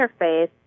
interface